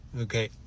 Okay